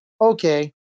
okay